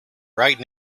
right